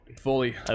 Fully